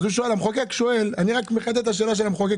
אז הוא שואל, אני רק מחדד את השאלה של המחוקק